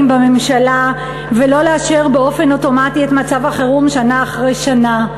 בממשלה ולא לאשר באופן אוטומטי את מצב החירום שנה אחרי שנה.